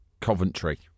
Coventry